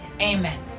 Amen